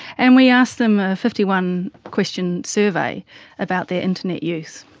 and we asked them a fifty one question survey about their internet use.